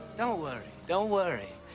don't worry, don't worry.